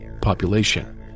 population